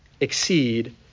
exceed